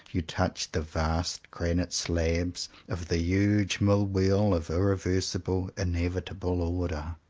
you touch the vast granite slabs of the huge mill-wheel of irreversible, in evitable order.